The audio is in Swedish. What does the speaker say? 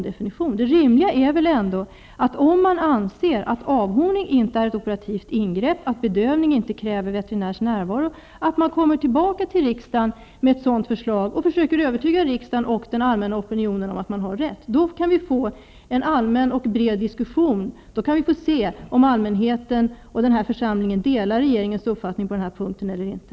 Det rimliga är väl att man, om man anser att avhorning inte är operativt in grepp och att bedövning inte kräver veterinärs närvaro, får komma tillbaka till riksdagen med ett förslag av den innebörden och försöka övertyga riksda gen och den allmänna opinionen om att man har rätt. Då kan vi få en allmän och bred diskussion. Då kan vi få se om allmänheten och den här försam lingen delar regeringens uppfattning på den här punkten eller inte.